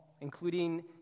including